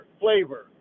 flavor